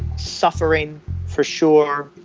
suffering for sure,